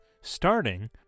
starting